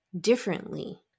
differently